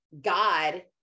god